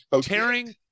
Tearing